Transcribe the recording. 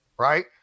right